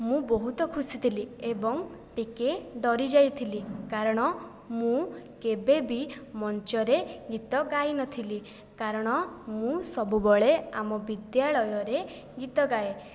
ମୁଁ ବହୁତ ଖୁସି ଥିଲି ଏବଂ ଟିକେ ଡ଼ରି ଯାଇଥିଲି କାରଣ ମୁଁ କେବେବି ମଞ୍ଚରେ ଗୀତ ଗାଇ ନ ଥିଲି କାରଣ ମୁଁ ସବୁବେଳେ ଆମ ବିଦ୍ୟାଳୟରେ ଗୀତ ଗାଏ